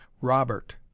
Robert